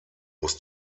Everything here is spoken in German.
muss